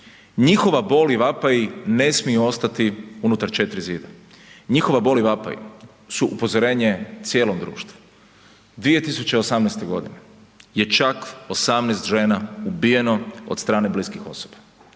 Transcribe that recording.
Njihova bol i vapaji ne smiju ostali unutar 4 zida. Njihova bol i vapaji su upozorenje cijelom društvu. 2018. godine je čak 18 žena ubijeno od strane bliskih osoba